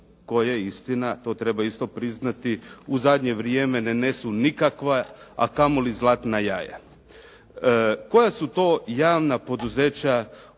koje istina to treba isto priznati, u zadnje vrijeme ne nesu nikakva a kamoli zlatna jaja. Koja su to javna poduzeća